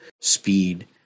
speed